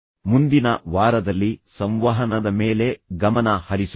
ಮುಂದಿನ ವಾರದಲ್ಲಿ ಸಂವಹನದ ಮೇಲೆ ಗಮನ ಹರಿಸುತ್ತೇವೆ